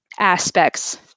Aspects